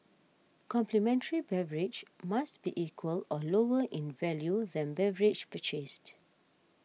complimentary beverage must be equal or lower in value than beverage purchased